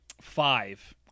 five